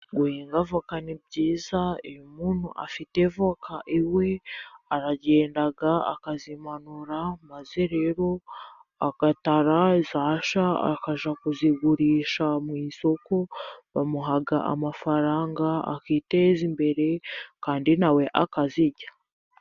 Guhinga avoka ni byiza, iyo umuntu afite voka iwe, aragenda akazimanura, maze rero agatara zasha akajya, kuzigurisha mu isoko, bamuha amafaranga akiteza imbere, kandi nawe akazirya.